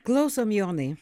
klausom jonai